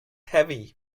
heavy